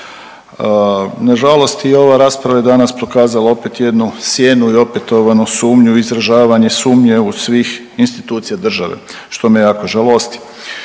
Na žalost i ova rasprava je danas pokazala opet jednu sjednu i opetovanu sumnju, izražavanje sumnje u svih institucija države što me jako žalosti.